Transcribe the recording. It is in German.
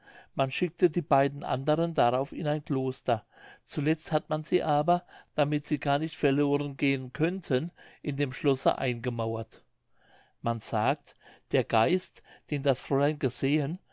man schickte die beiden anderen darauf in ein kloster zuletzt hat man sie aber damit sie gar nicht verloren gehen könnten in dem schlosse eingemauert man sagt der geist den das fräulein gesehen